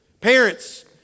parents